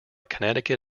connecticut